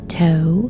toe